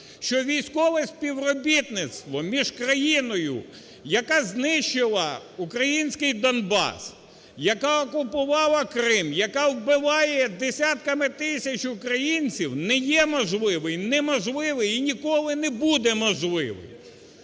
що військове співробітництво між країною, яка знищила український Донбас, яка окупувала Крим, яка вбиває десятками тисяч українців, не є можливий, неможливий і ніколи не буде можливий.